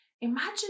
Imagine